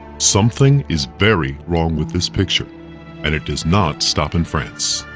something is very wrong with this picture and it does not stop in france.